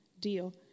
deal